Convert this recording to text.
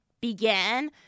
began